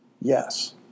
Yes